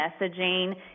messaging